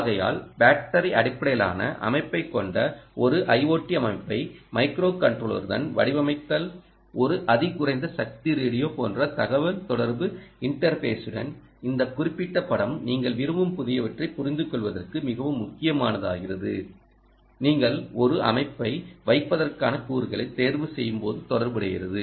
ஆகையால் பேட்டரி அடிப்படையிலான அமைப்பைக் கொண்ட ஒரு ஐஓடி அமைப்பை மைக்ரோகண்ட்ரோலருடன் வடிவமைத்தல் ஒரு அதி குறைந்த சக்தி ரேடியோ போன்ற தகவல்தொடர்பு இன்டர்ஃபேஸுடன் இந்த குறிப்பிட்ட படம் நீங்கள் விரும்பும் புதியவற்றைப் புரிந்துகொள்வதற்கு மிகவும் முக்கியமானதாகிறது நீங்கள் ஒரு அமைப்பை வைப்பதற்கான கூறுகளை தேர்வுசெய்யும்போது தொடர்புடையது